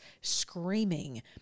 screaming